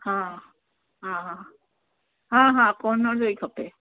हा हा हा हा कॉर्नर जो ई खपे